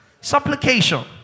supplication